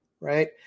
right